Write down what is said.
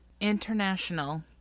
International